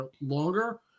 longer